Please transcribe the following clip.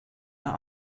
der